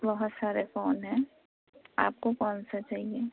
بہت سارے فون ہیں آپ کو کون سا چاہیے